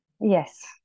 yes